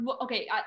okay